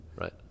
Right